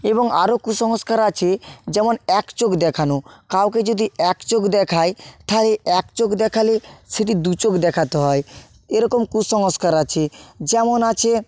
এবং আরও কুসংস্কার আছে যেমন এক চোখ দেখানো কাউকে যদি এক চোখ দেখাই তাহলে এক চোখ দেখালে সেটি দু চোখ দেখাতে হয় এরকম কুসংস্কার আছে যেমন আছে